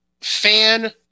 Fan